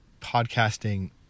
podcasting